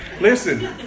listen